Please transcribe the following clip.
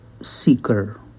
seeker